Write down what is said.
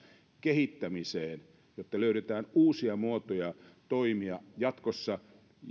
kehittämiseen jotta löydetään uusia muotoja toimia jatkossa että